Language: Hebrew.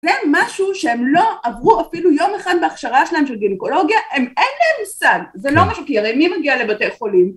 זה משהו שהם לא עברו אפילו יום אחד בהכשרה שלהם של גינקולוגיה, הם, אין להם מושג, זה לא משהו, כי הרי מי מגיע לבתי חולים?